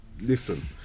listen